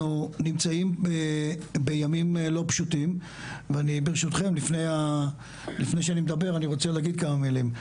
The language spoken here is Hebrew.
אנחנו נמצאים בימים לא פשוטים וברשותכם אני רוצה להגיד כמה מילים.